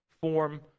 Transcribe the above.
form